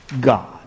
God